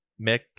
Mick